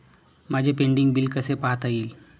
माझे pending bill कसे पाहता येईल?